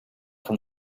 from